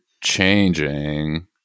changing